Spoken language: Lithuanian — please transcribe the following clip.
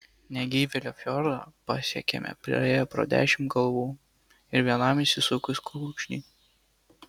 negyvėlio fjordą pasiekėme praėję pro dešimt kalvų ir vienam išsisukus kulkšnį